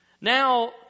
Now